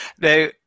Now